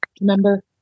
remember